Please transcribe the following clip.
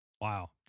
Wow